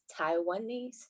Taiwanese